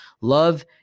Love